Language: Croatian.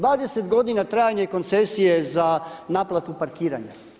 20 godina trajanje koncesije za naplatu parkiranja.